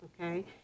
okay